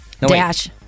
Dash